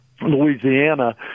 Louisiana